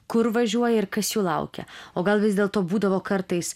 kur važiuoja ir kas jų laukia o gal vis dėlto būdavo kartais